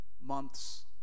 months